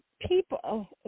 people